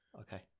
Okay